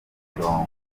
mirongo